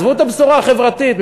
עזבו את הבשורה החברתית.